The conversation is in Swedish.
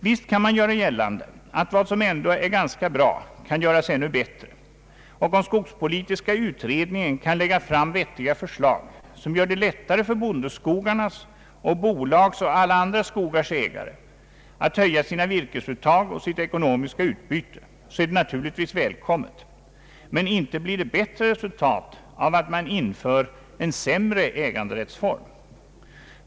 Visst kan man göra gällande att vad som ändå är ganska bra kan göras ännu bättre. Om skogspolitiska utredningen kan lägga fram vettiga förslag, som gör det lättare för bondeskogarnas och bolags och alla andra skogars ägare att höja sina virkesuttag och sitt ekonomiska utbyte, så är det naturligtvis välkommet. Men inte blir det bättre resultat av att införa en sämre äganderättsform.